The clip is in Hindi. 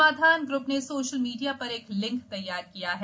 समाधान ग्र्प ने सोशल मीडिया पर एक लिंक तैयार किया है